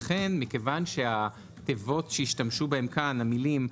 וכן, מכיוון שהתיבות שהשתמשו בהן כאן, המילים: